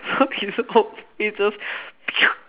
so his whole freaking just